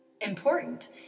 important